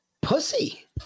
pussy